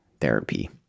therapy